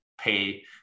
pay